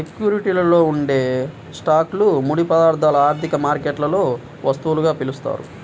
సెక్యూరిటీలలో ఉండే స్టాక్లు, ముడి పదార్థాలను ఆర్థిక మార్కెట్లలో వస్తువులుగా పిలుస్తారు